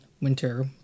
winter